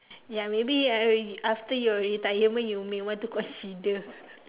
ya maybe uh after your retirement you may want to consider